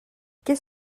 qu’est